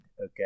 okay